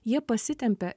jie pasitempia